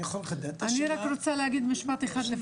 ברשותך, לפני שאני יוצאת אני רוצה לומר משפט אחד.